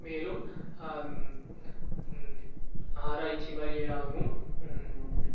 மேலும் ஆராய்ச்சி வழிகளிலாகவும்